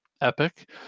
Epic